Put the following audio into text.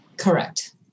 correct